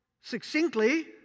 succinctly